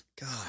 God